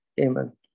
Amen